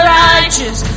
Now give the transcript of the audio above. righteous